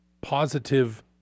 positive